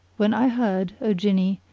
when i heard, o jinni,